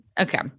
Okay